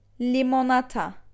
Limonata